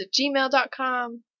gmail.com